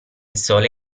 sole